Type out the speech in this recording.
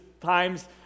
times